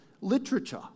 literature